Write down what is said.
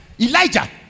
Elijah